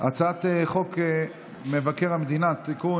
הצעת חוק מבקר המדינה (תיקון,